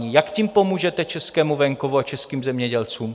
Jak tím pomůžete českému venkovu a českým zemědělcům?